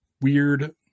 weird